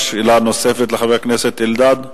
שאלה נוספת לחבר הכנסת אלדד.